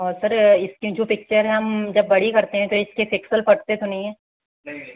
और सर इसमें जो पिक्चर है हम जब हम बड़ी करते हैं तो इसके पिक्सल फटते तो नहीं हैं